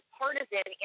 partisan